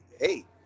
hey